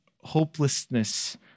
hopelessness